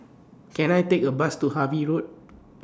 Can I Take A Bus to Harvey Road